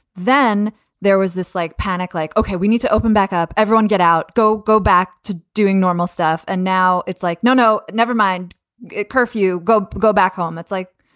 then there was this like panic, like, ok, we need to open back up. everyone get out. go. go back to doing normal stuff. and now it's like, no, no, never mind a curfew. go go back home. it's like,